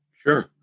Sure